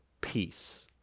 peace